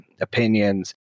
opinions